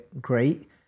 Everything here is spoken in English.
great